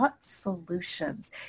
Solutions